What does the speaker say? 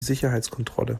sicherheitskontrolle